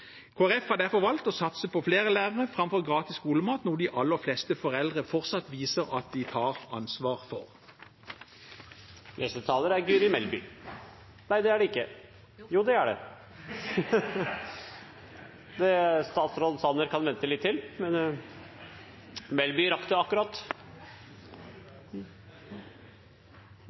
har derfor valgt å satse på flere lærere framfor gratis skolemat, noe de aller fleste foreldre fortsatt viser at de tar ansvar for. I likhet med forslagsstillerne er jeg bekymret for de ungene som drar til skolen uten mat i magen. Det er